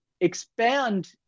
expand